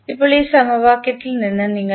ഇപ്പോൾ ഈ സമവാക്യത്തിൽ നിന്ന് നിങ്ങൾക്ക്